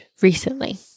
recently